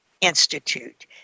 Institute